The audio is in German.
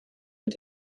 mit